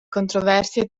controversie